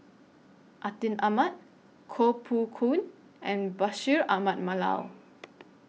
Atin Amat Koh Poh Koon and Bashir Ahmad Mallal